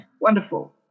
Wonderful